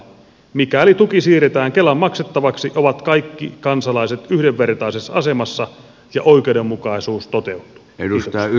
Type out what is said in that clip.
mikäli tuki siirretään kelan maksettavaksi ovat kaikki kansalaiset yhdenvertaisessa asemassa ja oikeudenmukaisuus toteutuu